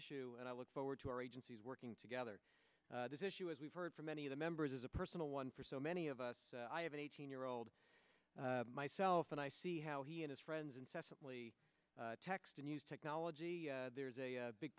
issue and i look forward to our agencies working together this issue as we've heard from many of the members is a personal one for so many of us i have an eighteen year old myself and i see how he and his friends incessantly text and use technology there's a big